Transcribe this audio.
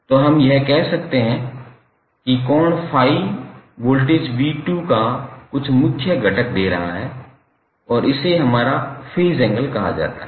तो हम कह सकते हैं कि कोण ∅ वोल्टेज 𝑣2𝑡 का कुछ प्रमुख घटक दे रहा है और इसे हमारा फेज एंगल कहा जाता है